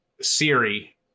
Siri